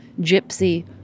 Gypsy